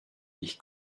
ich